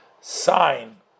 sign